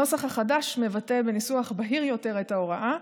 הנוסח החדש מבטא בניסוח בהיר יותר את ההוראה,